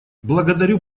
благодарю